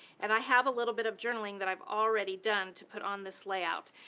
and i have a little bit of journaling that i've already done to put on this layout.